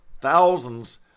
thousands